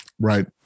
right